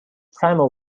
primal